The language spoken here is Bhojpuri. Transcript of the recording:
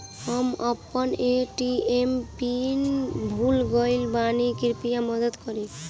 हम अपन ए.टी.एम पिन भूल गएल बानी, कृपया मदद करीं